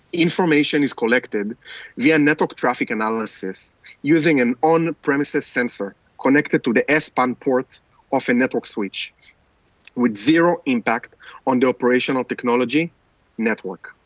information is collected via network traffic analysis using an on-premises sensor connected to the s-band port of a network switch with zero impact on the operational technology network.